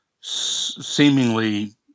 seemingly